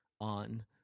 on